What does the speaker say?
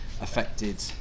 affected